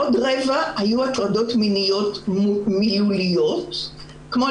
עוד רבע היו הטרדות מיניות מילוליות כמו,